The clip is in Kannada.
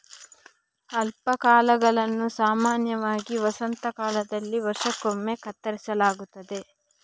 ಅಲ್ಪಾಕಾಗಳನ್ನು ಸಾಮಾನ್ಯವಾಗಿ ವಸಂತ ಕಾಲದಲ್ಲಿ ವರ್ಷಕ್ಕೊಮ್ಮೆ ಕತ್ತರಿಸಲಾಗುತ್ತದೆ